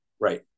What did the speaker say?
Right